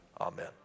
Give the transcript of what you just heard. Amen